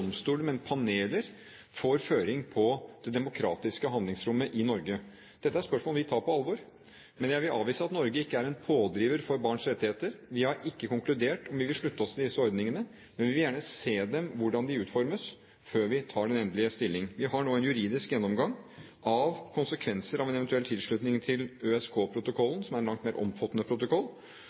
domstoler, men paneler, får føringer for det demokratiske handlingsrommet i Norge. Dette er spørsmål vi tar på alvor. Men jeg vil avvise at Norge ikke er en pådriver for barns rettigheter. Vi har ikke konkludert om vi vil slutte oss til disse ordningene, men vi vil gjerne se hvordan de utformes, før vi tar den endelige stilling. Vi har nå en juridisk gjennomgang av konsekvenser av en eventuell tilslutning til ØSK-protokollen, som er en langt mer omfattende protokoll.